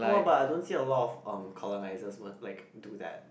no ah but I don't see a lot of um colonisers will like do that